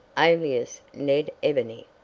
alias ned ebony,